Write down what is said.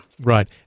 Right